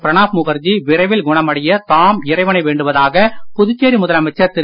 பிரணாப் முகர்ஜி விரைவில் குணமடைய தாம் இறைவனை வேண்டுவதாக புதுச்சேரி முதலமைச்சர் திரு